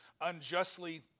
unjustly